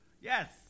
Yes